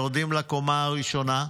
יורדים לקומה הראשונה,